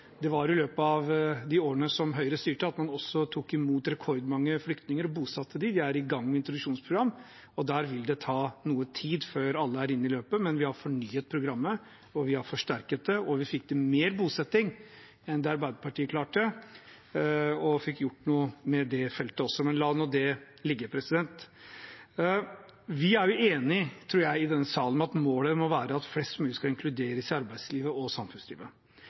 det var i løpet av de årene som Høyre styrte, at man tok imot rekordmange flyktninger og bosatte dem – de er i gang med et introduksjonsprogram. Det vil ta noe tid før alle er i løpet, men vi har fornyet programmet, vi har forsterket det, og vi fikk til mer bosetting enn det Arbeiderpartiet klarte. Vi fikk gjort noe med det feltet også, men la nå det ligge. Vi i denne sal er enige, tror jeg, om at målet må være at flest mulig skal inkluderes i arbeids- og samfunnslivet.